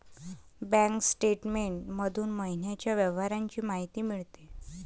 bank statement मधून महिन्याच्या व्यवहारांची माहिती मिळते